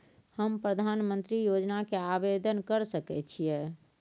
हम प्रधानमंत्री योजना के आवेदन कर सके छीये?